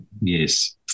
Yes